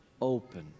open